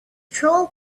troll